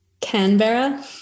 Canberra